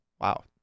Wow